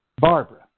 Barbara